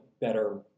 better